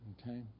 Okay